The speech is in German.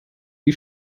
wie